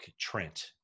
Trent